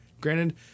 Granted